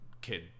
kid